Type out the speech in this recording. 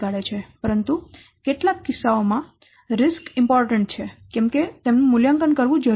પરંતુ કેટલાક કિસ્સાઓમાં જોખમ મહત્વપૂર્ણ છે કે કેમ તેનું મૂલ્યાંકન કરવું જરૂરી છે